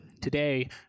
Today